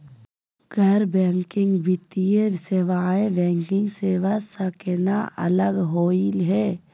गैर बैंकिंग वित्तीय सेवाएं, बैंकिंग सेवा स केना अलग होई हे?